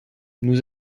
nous